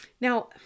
Now